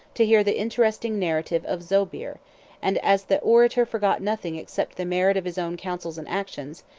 to hear the interesting narrative of zobeir and as the orator forgot nothing except the merit of his own counsels and actions,